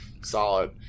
Solid